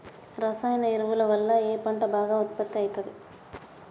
రసాయన ఎరువుల వల్ల ఏ పంట బాగా ఉత్పత్తి అయితది?